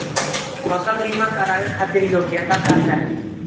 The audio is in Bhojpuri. फसल बीमा करावे खातिर योग्यता का चाही?